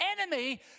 enemy